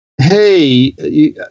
hey